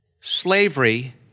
slavery